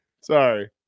Sorry